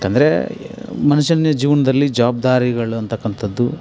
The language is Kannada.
ಏಕೆಂದ್ರೆ ಮನುಷ್ಯನ ಜೀವನದಲ್ಲಿ ಜವಾಬ್ದಾರಿಗಳಂತಕ್ಕಂತದ್ದು